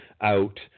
out